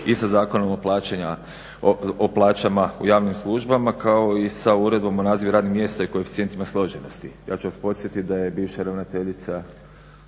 i sa Zakonom o plaćama u javnim službama kao i sa Uredbom o nazivu radnih mjesta i koeficijentima složenosti. Ja ću vas podsjetiti da je bivša ravnateljica